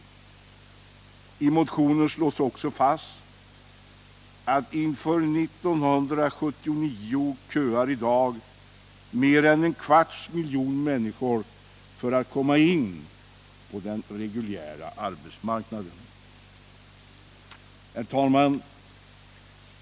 I motionen slås också fast att inför 1979 köar i dag mer än en kvarts miljon människor för att komma in på den reguljära arbetsmarknaden.